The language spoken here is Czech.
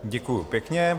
Děkuji pěkně.